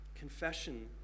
Confession